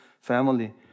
family